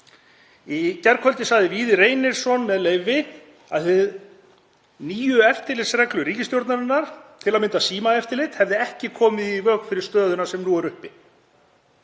Í gærkvöldi sagði Víðir Reynisson að hinar nýju eftirlitsreglur ríkisstjórnarinnar, til að mynda símaeftirlit, hefðu ekki komið í veg fyrir stöðuna sem nú er uppi.